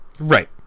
Right